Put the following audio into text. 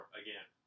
again